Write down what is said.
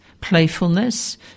playfulness